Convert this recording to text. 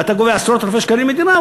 ואתה גובה עשרות אלפי שקלים מדירה,